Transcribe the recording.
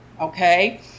Okay